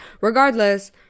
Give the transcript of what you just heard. Regardless